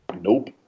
Nope